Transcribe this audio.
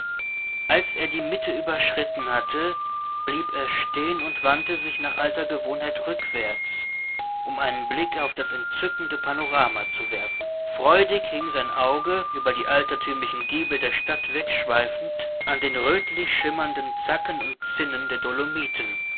als er die mitte überschritten hatte blieb er stehen und wandte sich nach alter gewohnheit rückwärts um einen blick auf das entzückende panorama zu werfen freudig hing sein auge über die altertümlichen giebel der stadt wegschweifend an den rötlich schimmernden zacken und zinnen der